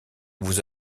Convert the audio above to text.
vous